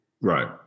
Right